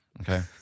Okay